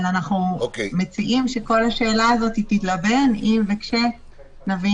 אנחנו מציעים שכל השאלה הזאת תלובן אם וכאשר נבין